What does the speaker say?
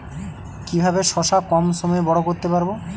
কিভাবে শশা কম সময়ে বড় করতে পারব?